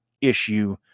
issue